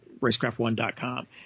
racecraftone.com